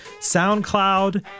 SoundCloud